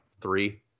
three